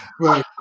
Right